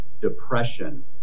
depression